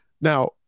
Now